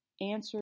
Answer